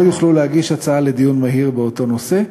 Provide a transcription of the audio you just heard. יוכלו להגיש הצעה לדיון מהיר באותו נושא,